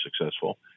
successful